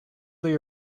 they